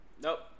Nope